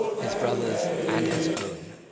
his brother's and his own.